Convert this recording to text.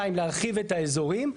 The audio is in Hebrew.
2. להרחיב את האזורים.